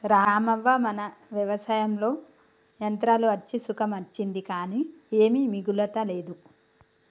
రామవ్వ మన వ్యవసాయంలో యంత్రాలు అచ్చి సుఖం అచ్చింది కానీ ఏమీ మిగులతలేదు